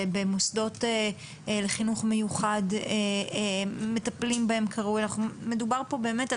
שבמוסדות לחינוך מיוחד מטפלים בהם כראוי מדובר פה באמת על